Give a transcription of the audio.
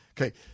Okay